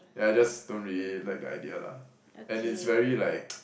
yeah I just don't really like the idea lah and it's very like >